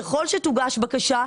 ככל שתוגש בקשה,